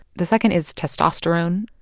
the second is testosterone.